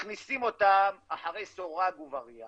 מכניסים אותם אחרי סורג ובריח